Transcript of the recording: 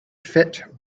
fit